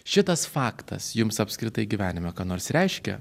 šitas faktas jums apskritai gyvenime ką nors reiškia